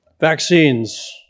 Vaccines